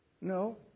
No